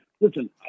Listen